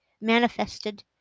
manifested